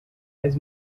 wise